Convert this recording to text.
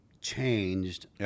changed